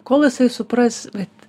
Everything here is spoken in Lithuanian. kol jisai supras vat